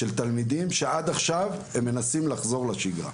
ועד עכשיו הם מנסים לחזור לשגרה.